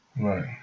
Right